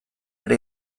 ere